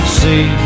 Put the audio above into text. see